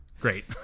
Great